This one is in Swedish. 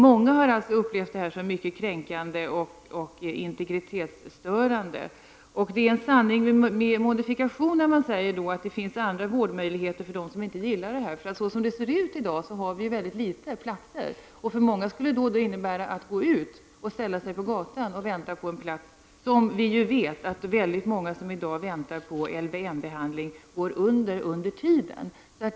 Många har upplevt detta som mycket kränkande och integritetsstörande. Det är en sanning med modifikation när man säger att det finns andra vårdmöjligheter för dem som inte gillar detta. Som det ser ut i dag finns det få platser. För många skulle det innebära att gå ut och ställa sig på gatan och vänta på en plats. Vi vet ju att många som i dag väntar på LYM-behandling går under under väntetiden.